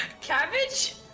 Cabbage